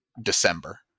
December